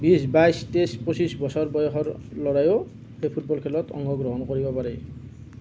বিছ বাইছ তেইছ পঁচিছ বছৰ বয়সৰ ল'ৰায়ো এই ফুটবল খেলত অংশগ্ৰহণ কৰিব পাৰে